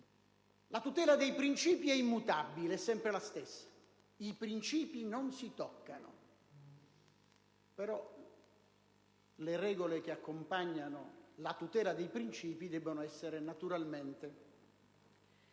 La tutela dei principi è immutabile, è sempre la stessa: i principi non si toccano; però, le regole che accompagnano la tutela dei principi debbono essere naturalmente